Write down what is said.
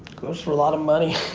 goes for a lot of money.